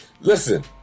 listen